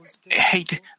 hate